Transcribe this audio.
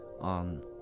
on